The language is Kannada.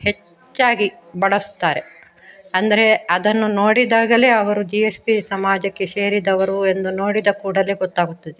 ಹೆಚ್ಚಾಗಿ ಬಳಸುತ್ತಾರೆ ಅಂದರೆ ಅದನ್ನು ನೋಡಿದಾಗಲೇ ಅವರು ಜಿ ಎಸ್ ಬಿ ಸಮಾಜಕ್ಕೆ ಸೇರಿದವರು ಎಂದು ನೋಡಿದ ಕೂಡಲೇ ಗೊತ್ತಾಗುತ್ತದೆ